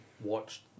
watched